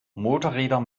motorräder